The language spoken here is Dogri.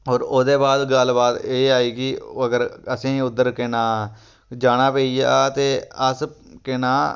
होर ओह्दे बाद गल्लबात एह् आई कि अगर असेंई उद्धर केह् नांऽ जाना पेई गेआ ते अस केह् नांऽ